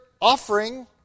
offering